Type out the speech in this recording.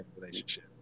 relationship